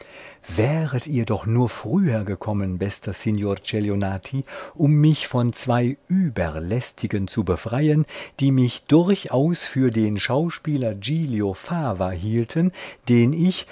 wäret ihr doch nur früher gekommen bester signor celionati um mich von zwei überlästigen zu befreien die mich durchaus für den schauspieler giglio fava hielten den ich